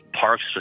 Parks